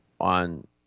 on